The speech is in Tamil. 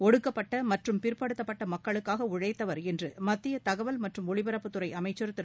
ஒடுக்கப்பட்ட மற்றும் பிற்படுத்தப்பட்ட மக்களுக்காக உழழத்தவர் என்று மத்திய தகவல் மற்றும் ஒளிபரப்புத் துறை அமைச்சர் திரு